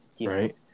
right